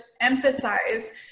emphasize